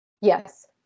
Yes